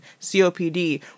COPD